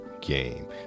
game